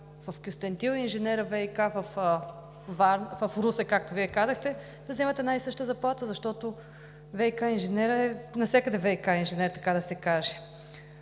в Кюстендил и ВиК инженерът в Русе, както Вие казахте, да взимат една и съща заплата, защото ВиК инженерът е навсякъде ВиК инженер, така да се каже.